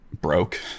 broke